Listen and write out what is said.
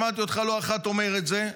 שמעתי אותך לא אחת אומר את זה,